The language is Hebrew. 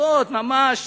סיבות ממש,